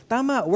Tama